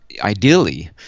Ideally